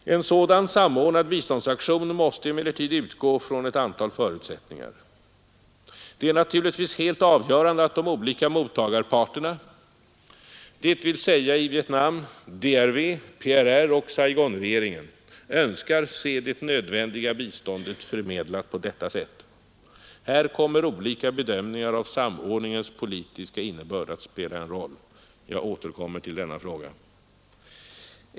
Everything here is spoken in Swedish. En sådan samordnad biståndsaktion måste emellertid utgå från ett antal förutsättningar. Det är naturligtvis helt avgörande att de olika mottagarparterna, dvs. i Vietnam DRV, PRR och Saigonregeringen, önskar se det nödvändiga biståndet förmedlat på detta sätt. Här kommer olika bedömningar av samordningens politiska innebörd att spela en roll. Jag återkommer till denna fråga.